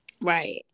Right